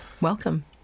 welcome